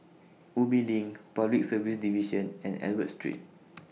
Ubi LINK Public Service Division and Albert Street